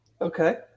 Okay